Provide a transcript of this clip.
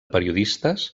periodistes